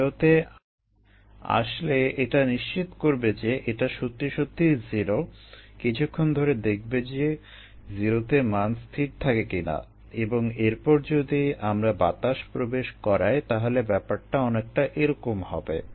0 তে আসলে এটা নিশ্চিত করবে যে এটা সত্যি সত্যিই 0 কিছুক্ষণ ধরে দেখবে যে 0 তে মান স্থির থাকে কিনা এবং এরপর যদি আমরা বাতাস প্রবেশ করাই তাহলে ব্যাপারটি অনেকটা এরকম হবে